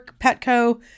Petco